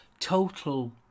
Total